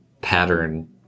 pattern